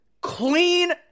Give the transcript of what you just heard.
clean